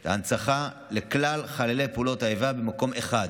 את ההנצחה לכלל חללי פעולות האיבה במקום אחד.